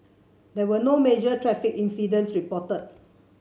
there were no major traffic incidents reported